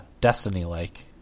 Destiny-like